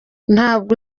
ntabwo